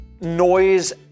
noise